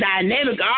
dynamic